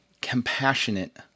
compassionate